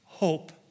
Hope